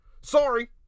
sorry